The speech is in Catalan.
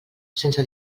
sense